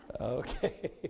Okay